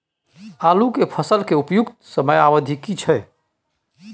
आलू के फसल के उपयुक्त समयावधि की छै?